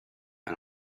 and